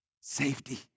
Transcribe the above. Safety